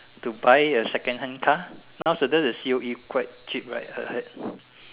to buy a second hand car nowadays the C_O_E quite cheap right I heard